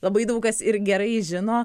labai daug kas ir gerai žino